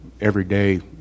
everyday